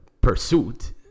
pursuit